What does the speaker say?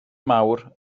mawr